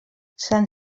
sant